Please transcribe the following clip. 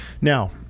Now